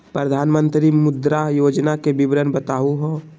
प्रधानमंत्री मुद्रा योजना के विवरण बताहु हो?